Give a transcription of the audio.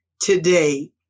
today